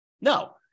No